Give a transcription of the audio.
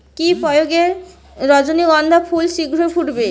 কি প্রয়োগে রজনীগন্ধা ফুল শিঘ্র ফুটবে?